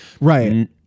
Right